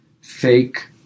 fake